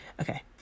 Okay